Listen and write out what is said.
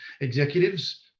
executives